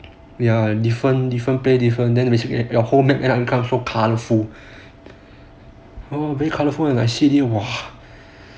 ya different different place different then basically your whole map end up become so colourful ya very colourful I see already like !wah!